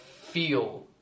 feel